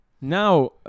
Now